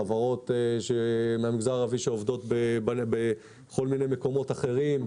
חברות מהמגזר הערבי שעובדות בכל מיני מקומות אחרים,